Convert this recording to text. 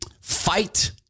Fight